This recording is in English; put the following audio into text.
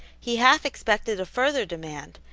he half expected a further demand,